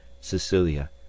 Cecilia